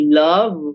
love